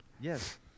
yes